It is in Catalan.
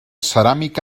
ceràmic